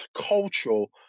cultural